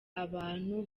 abantu